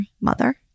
mother